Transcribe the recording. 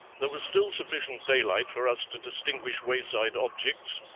there was still sufficient daylight for us to distinguish wayside objects,